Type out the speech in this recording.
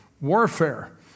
Warfare